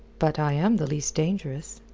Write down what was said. but i am the least dangerous.